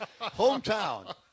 Hometown